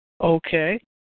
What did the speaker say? Okay